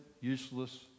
useless